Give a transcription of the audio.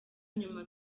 nyuma